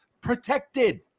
protected